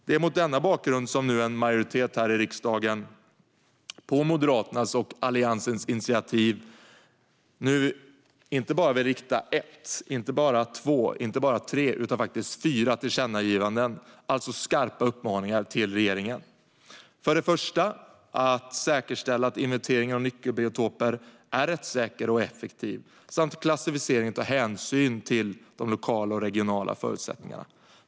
Det är mot denna bakgrund som en majoritet här i riksdagen, på Moderaternas och Alliansens initiativ, nu vill rikta inte bara ett, två eller tre utan faktiskt fyra tillkännagivanden, alltså skarpa uppmaningar, till regeringen. För det första: att säkerställa att inventeringen av nyckelbiotoper är rättssäker och effektiv samt att klassificeringen tar hänsyn till de lokala och regionala förutsättningarna.